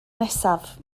nesaf